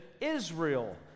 Israel